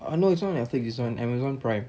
ah no it's on netflix it's on amazon prime